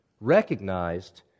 recognized